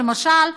למשל,